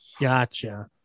Gotcha